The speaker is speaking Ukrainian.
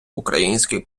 український